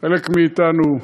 חלק מאתנו,